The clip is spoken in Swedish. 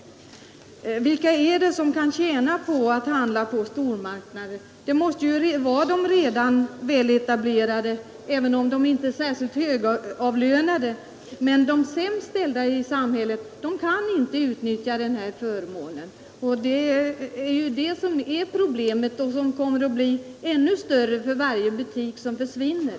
Vilka är det som kan tjäna på att handla på stormarknader? Det måste ju vara de redan väletablerade, även om de inte är särskilt högavlönade. De sämst ställda i samhället kan inte utnyttja denna förmån. Det är detta som är problemet, och det kommer att bli större för varje butik som försvinner.